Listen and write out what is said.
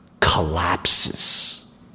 collapses